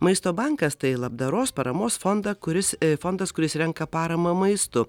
maisto bankas tai labdaros paramos fondą kuris fondas kuris renka paramą maistu